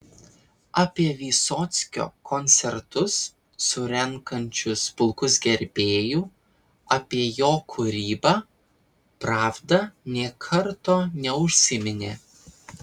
apie vysockio koncertus surenkančius pulkus gerbėjų apie jo kūrybą pravda nė karto neužsiminė